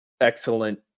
excellent